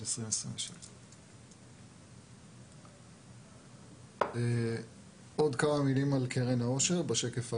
2027. עוד כמה מילים על קרן האושר בשקף הבא.